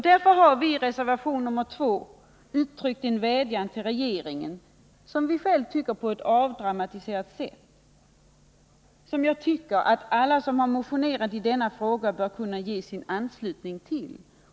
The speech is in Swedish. Vi har i reservation nr 2 på ett som vi själva tycker avdramatiserat sätt uttryckt en vädjan till regeringen, som jag tycker att alla som motionerat i denna fråga bör kunna ge sin anslutning till.